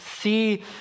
see